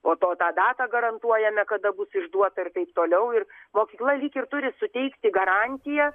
po to tą datą garantuojame kada bus išduota ir taip toliau ir mokykla lyg ir turi suteikti garantiją